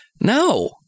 No